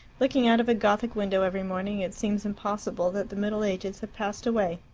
looking out of a gothic window every morning, it seems impossible that the middle ages have passed away.